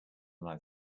than